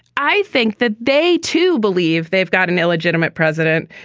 i think that they, too, believe they've got an illegitimate president,